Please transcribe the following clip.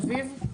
אביב?